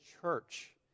church